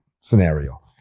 scenario